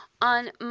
on